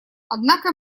однако